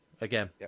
Again